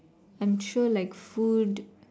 I'm sure like food